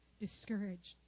discouraged